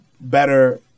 better